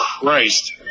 Christ